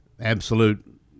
absolute